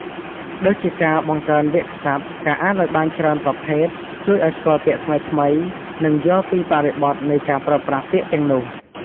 ដូចជាការ បង្កើនវាក្យសព្ទ ការអានឱ្យបានច្រើនប្រភេទ ជួយឱ្យស្គាល់ពាក្យថ្មីៗ និងយល់ពីបរិបទនៃការប្រើប្រាស់ពាក្យទាំងនោះ។